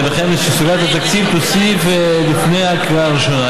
וכן שסוגיית התקציב תוסדר לפני הקריאה הראשונה.